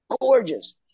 gorgeous